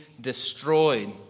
destroyed